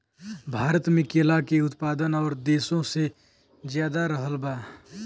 भारत मे केला के उत्पादन और देशो से ज्यादा रहल बा